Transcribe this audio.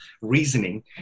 reasoning